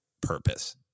purpose